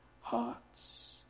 hearts